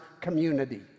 community